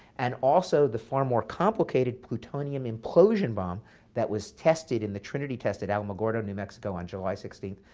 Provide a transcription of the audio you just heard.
and also the far more complicated plutonium implosion bomb that was tested in the trinity test at alamogordo, new mexico on july sixteen,